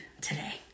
today